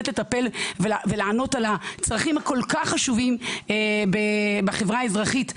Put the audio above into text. לטפל ולענות על הצרכים הכול כך חשובים בחברה האזרחית,